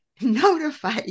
notify